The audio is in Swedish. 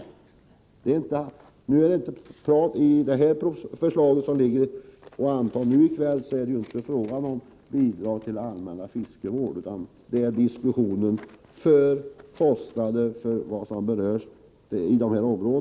I det nu föreliggande förslaget som skall antas i kväll är det inte fråga om bidrag till allmän fiskevård.